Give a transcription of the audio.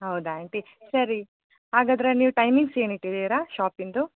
ಹೌದಾ ಆಂಟಿ ಸರಿ ಹಾಗಾದರೆ ನೀವು ಟೈಮಿಂಗ್ಸ್ ಏನು ಇಟ್ಟಿದ್ದೀರಾ ಶಾಪಿಂದು